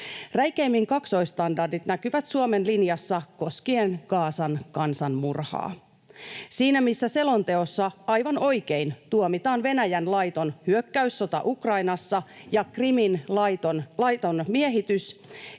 Räikeimmin kaksoisstandardit näkyvät Suomen linjassa koskien Gazan kansanmurhaa. Siinä missä selonteossa, aivan oikein, tuomitaan Venäjän laiton hyökkäyssota Ukrainassa ja Krimin laiton miehitys,